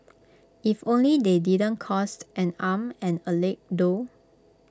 if only they didn't cost and arm and A leg though